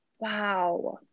Wow